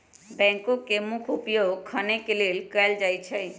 backhoe के मुख्य उपयोग खने के लेल कयल जाइ छइ